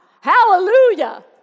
Hallelujah